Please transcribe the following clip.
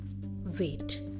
Wait